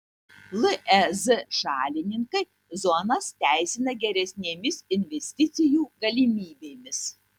lez šalininkai zonas teisina geresnėmis investicijų galimybėmis